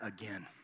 again